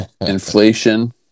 Inflation